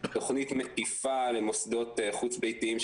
תכנית מקיפה למוסדות חוץ-ביתיים,